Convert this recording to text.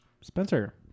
Spencer